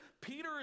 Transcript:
peter